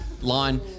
line